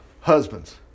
husbands